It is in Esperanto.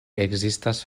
ekzistas